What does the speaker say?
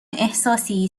احساسی